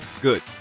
Good